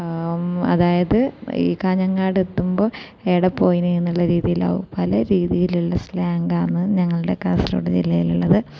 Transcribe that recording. അതായത് ഈ കാഞ്ഞങ്ങാട് എത്തുമ്പം ഏടപ്പോയിന് എന്നുള്ള രീതിയിലാവും പല രീതിയിലുള്ള സ്ലാങ്കാണ് ഞങ്ങളുടെ കാസർഗോഡ് ജില്ലയിൽ ഉള്ളത്